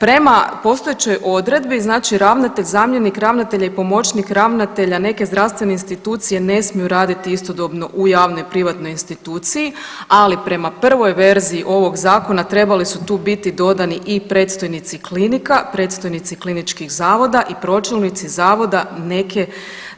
Prema postojećoj odredbi, znači ravnatelj, zamjenik ravnatelja i pomoćnik ravnatelja neke zdravstvene institucije ne smiju raditi istodobno u javnoj i privatnoj instituciji, ali prema prvoj verziji ovog zakona trebali su tu biti dodani i predstojnici klinika, predstojnici kliničkih zavoda i pročelnici zavoda neke,